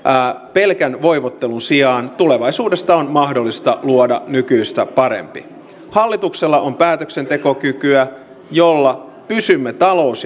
pelkän voivottelun sijaan tulevaisuudesta on mahdollista luoda nykyistä parempi hallituksella on päätöksentekokykyä jolla pysymme talous